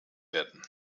werden